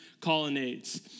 colonnades